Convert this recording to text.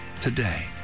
today